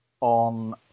on